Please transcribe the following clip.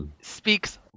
speaks